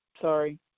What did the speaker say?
Sorry